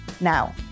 Now